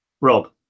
Rob